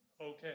okay